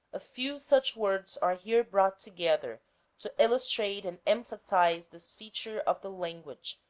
a few such words are here brought together to illus trate and emphasize this feature of the language,